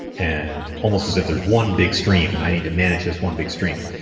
and almost as if there's one big stream and i need to manage this one big stream.